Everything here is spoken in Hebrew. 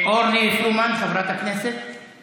חברת הכנסת אורלי פרומן.